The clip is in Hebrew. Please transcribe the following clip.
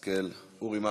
השכל, אורי מקלב.